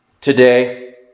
today